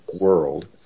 world